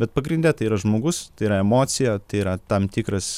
bet pagrinde tai yra žmogus tai yra emocija tai yra tam tikras